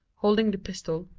holding the pistol,